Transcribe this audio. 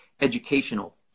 educational